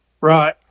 Right